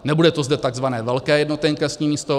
Nebude to zde takzvané velké jednotné inkasní místo.